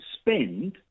spend